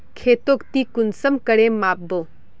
खेतोक ती कुंसम करे माप बो?